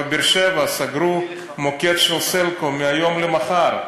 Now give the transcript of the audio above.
בבאר-שבע סגרו מוקד של "סלקום" מהיום למחר,